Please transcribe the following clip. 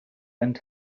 and